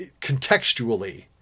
Contextually